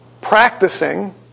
practicing